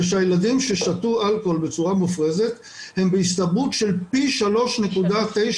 שהילדים ששתו אלכוהול בצורה מופרזת הם בהסתברות של פי 3.9